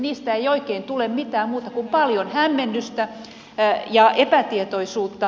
niistä ei oikein tule mitään muuta kuin paljon hämmennystä ja epätietoisuutta